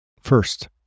First